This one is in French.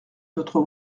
notre